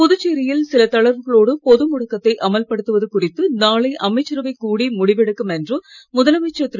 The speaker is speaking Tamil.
புதுச்சேரியில் சில தளர்வுகளோடு பொது முடக்கத்தை அமல்படுத்துவது குறித்து நாளை அமைச்சரவை கூடி முடிவெடுக்கும் என்று முதலமைச்சர் திரு